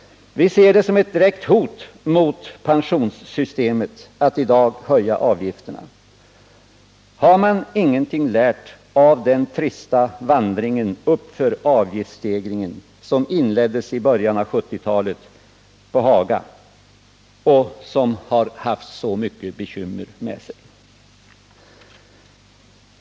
Visser det som ett direkt hot mot pensionssystemet att i dag höja avgifterna. Har man ingenting lärt av den trista vandringen uppför avgiftsstegen som inleddes i början av 1970-talet på Haga och som fört så mycket bekymmer med sig?